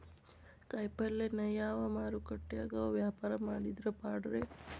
ಕಾಯಿಪಲ್ಯನ ಯಾವ ಮಾರುಕಟ್ಯಾಗ ವ್ಯಾಪಾರ ಮಾಡಿದ್ರ ಪಾಡ್ರೇ?